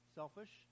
selfish